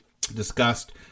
Discussed